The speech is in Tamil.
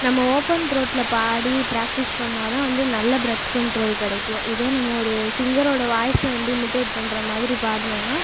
நம்ம ஓப்பன் ரோட்டில் பாடி பிராக்டீஸ் பண்ணால் தான் வந்து நல்ல ப்ரத் கண்ட்ரோல் கெடைக்கும் இதே நம்ம ஒரு சிங்கரோடய வாய்ஸை வந்து இமிடேட் பண்ணுற மாதிரி பாடுனோம்னா